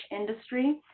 industry